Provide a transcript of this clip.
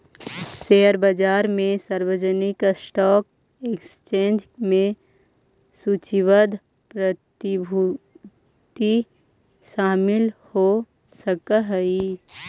share बाजार में सार्वजनिक स्टॉक एक्सचेंज में सूचीबद्ध प्रतिभूति शामिल हो सकऽ हइ